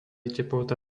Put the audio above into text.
teplota